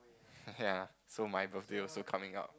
ya so my birthday also coming up